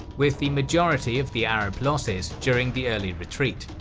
with the majority of the arab losses during the early retreat.